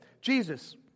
Jesus